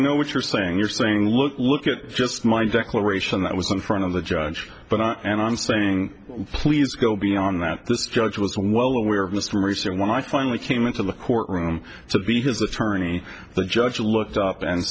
know what you're saying you're saying look look at just my declaration that was in front of the judge but and i'm saying please go beyond that the judge was well aware of mr aris and when i finally came into the courtroom to be his attorney the judge looked up and